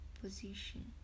position